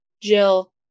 jill